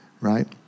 right